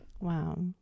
Wow